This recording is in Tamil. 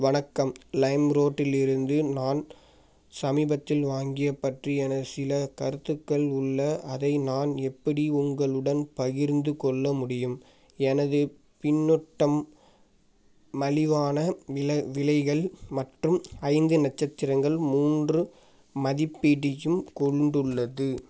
வணக்கம் லைம் ரோட்டிலிருந்து நான் சமீபத்தில் வாங்கிய பற்றி என சில கருத்துக்கள் உள்ள அதை நான் எப்படி உங்களுடன் பகிர்ந்து கொள்ள முடியும் எனது பின்னூட்டம் மலிவான விலை விலைகள் மற்றும் ஐந்து நட்சத்திரங்கள் மூன்று மதிப்பீடியும் கொண்டுள்ளது